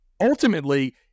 ultimately